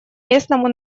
местному